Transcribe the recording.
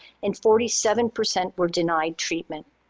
and forty seven percent were denied treatment.